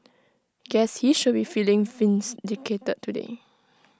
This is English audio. guess he should be feeling vindicated today